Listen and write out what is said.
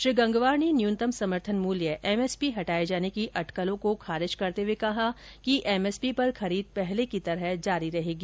श्री गंगवार ने न्यूनतम समर्थन मूल्य एमएसपी हटाए जाने की अटकलों को खारिज करते हुए कहा कि एमएसपी पर खरीद पहले की तरह जारी रहेगी